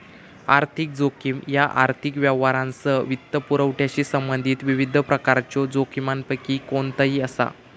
आर्थिक जोखीम ह्या आर्थिक व्यवहारांसह वित्तपुरवठ्याशी संबंधित विविध प्रकारच्यो जोखमींपैकी कोणताही असा